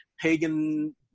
pagan